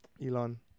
Elon